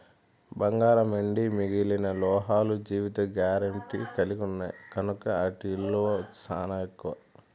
బంగారం, ఎండి మిగిలిన లోహాలు జీవిత గారెంటీ కలిగిన్నాయి కనుకే ఆటి ఇలువ సానా ఎక్కువ